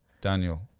Daniel